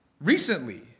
recently